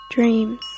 Dreams